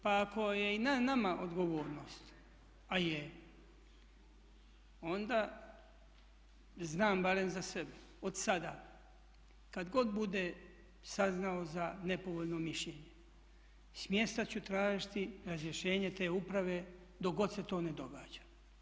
Pa ako je i na nama odgovornost, a je onda znam barem za sebe od sada kad god budem saznao za nepovoljno mišljenje smjesta ću tražiti razrješenje te uprave dok god se to ne događa.